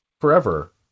forever